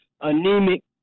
anemic